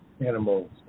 animals